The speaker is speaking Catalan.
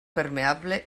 permeable